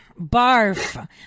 Barf